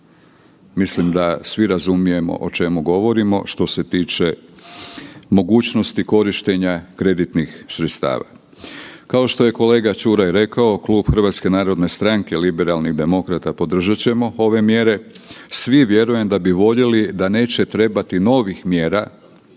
mislim da svi razumijemo o čemu govorimo što se tiče mogućnosti korištenja kreditnih sredstava. Kao što je kolega Čuraj rekao, klub HNS-a liberalnih demokrata podržat ćemo ove mjere, svi vjerujem da bi voljeli da neće trebati novih mjera,